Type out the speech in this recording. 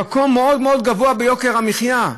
במקום מאוד מאוד גבוה ביוקר המחיה,